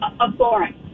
abhorrent